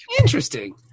Interesting